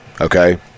okay